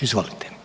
Izvolite.